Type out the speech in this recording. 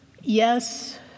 yes